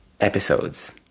episodes